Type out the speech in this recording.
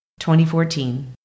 2014